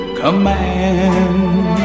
command